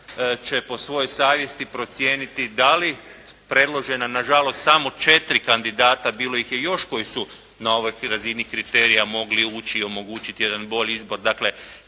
će po svojoj savjesti procijeniti da li predložena, nažalost samo četiri kandidata, bilo ih je još koji su na ovoj razini kriterija mogli ući i omogućiti jedan bolji izbor,